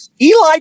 Eli